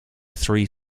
three